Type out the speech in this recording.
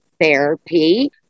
therapy